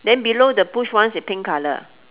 then below the push once is pink colour